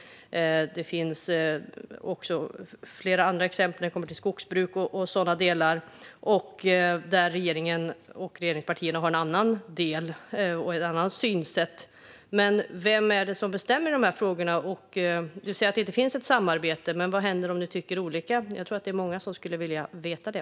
Även när det gäller skogsbruk och annat finns det flera exempel på att regeringen och regeringspartierna har ett annat synsätt. Men vem är det som bestämmer i de här frågorna? Du säger att det inte finns något samarbete, men vad händer om ni tycker olika? Jag tror att det är många som skulle vilja veta det.